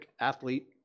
athlete